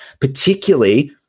particularly –